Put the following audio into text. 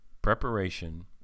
preparation